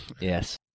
Yes